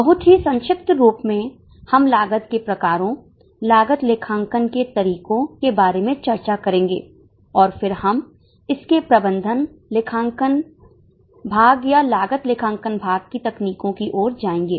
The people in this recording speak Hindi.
बहुत ही संक्षिप्त रूप में हम लागत के प्रकारों लागत लेखांकन के तरीकों के बारे में चर्चा करेंगे और फिर हम इसके प्रबंधन लेखांकन भाग या लागत लेखांकन भाग की तकनीकों की ओर जाएंगे